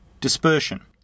dispersion